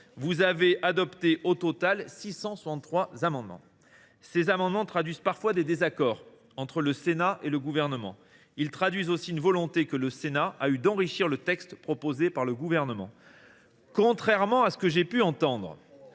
Vous avez adopté au total 663 amendements. Pour rien ! Ces amendements traduisent parfois des désaccords entre le Sénat et le Gouvernement. Ils traduisent aussi une volonté que le Sénat a eue d’enrichir le texte proposé par le Gouvernement. Contrairement à ce que j’ai pu entendre,